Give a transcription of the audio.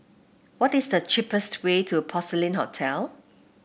what is the cheapest way to Porcelain Hotel